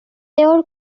তেওঁৰ